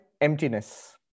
emptiness